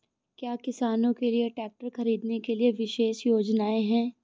क्या किसानों के लिए ट्रैक्टर खरीदने के लिए विशेष योजनाएं हैं?